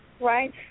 right